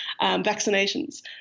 Vaccinations